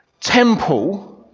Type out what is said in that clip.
temple